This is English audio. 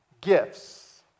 Gifts